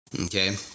Okay